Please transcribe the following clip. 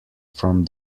from